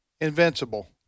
invincible